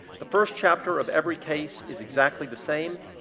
the first chapter of every case is exactly the same,